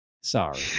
Sorry